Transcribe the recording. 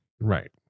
Right